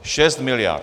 Šest miliard.